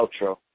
outro